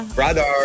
brother